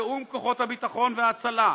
תיאום כוחות הביטחון וההצלה,